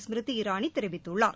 ஸ்மிருதி இரானி தெரிவித்துள்ளார்